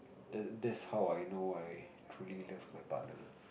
that that's how I know I truly love my partner